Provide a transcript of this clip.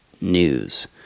news